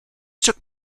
took